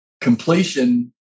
completion